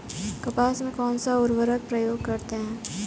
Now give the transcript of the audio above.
कपास में कौनसा उर्वरक प्रयोग करते हैं?